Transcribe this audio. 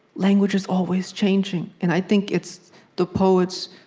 language is always changing. and i think it's the poets,